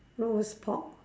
roast pork